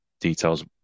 details